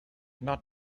not